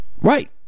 Right